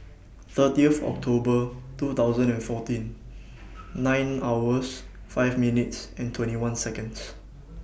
thirty of October two thousand and fourteen nine hours five minutes and twenty one Seconds